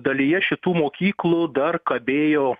dalyje šitų mokyklų dar kabėjo